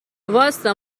واستا